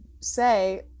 say